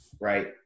right